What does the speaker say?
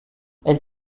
elle